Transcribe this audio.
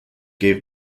gave